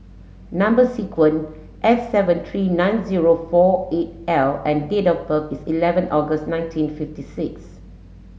number sequence S seven three nine zero four eight L and date of birth is eleven August nineteen fifty six